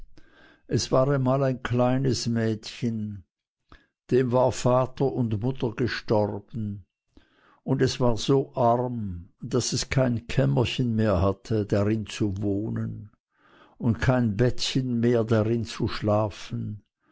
es war einmal ein kleines mädchen dem war vater und mutter gestorben und es war so arm daß es kein kämmerchen mehr hatte darin zu wohnen und kein bettchen mehr darin zu schlafen